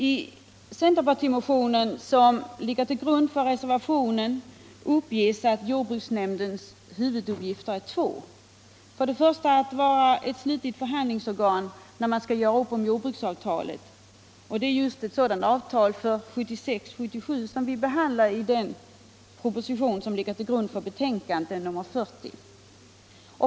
I centerpartimotionen, som ligger till grund för reservationen, uppges att jordbruksnämndens huvuduppgifter är två. För det första skall nämnden vara ett slutligt förhandlingsorgan när man skall göra upp om jordbruksavtalet. Det är just ett sådant avtal för 1976/77 som behandlas i den proposition som ligger till grund för jordbruksutskottets betänkande nr 40.